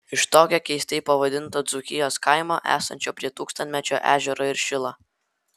iš tokio keistai pavadinto dzūkijos kaimo esančio prie tūkstantmečio ežero ir šilo